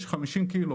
יש 50 ק"ג.